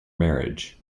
marriage